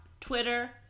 Twitter